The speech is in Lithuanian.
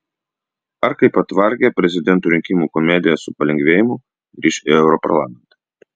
ar kaip atvargę prezidentų rinkimų komediją su palengvėjimu grįš į europarlamentą